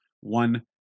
one